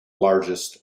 largest